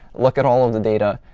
look at all of the data.